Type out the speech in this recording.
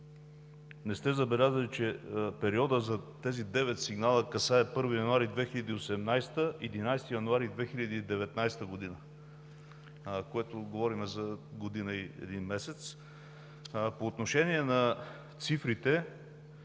не сте забелязали, че периодът за тези девет сигнала касае 1 януари 2018 г. – 11 януари 2019 г., говорим за година и един месец. По отношение на цифрите